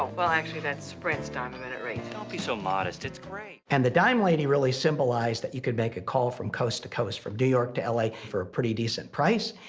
well actually that's sprint's dime a minute rate. don't be so modest. it's great. and the dime lady really symbolized that you could make a call from coast to coast, from new york to l a. for a pretty decent price,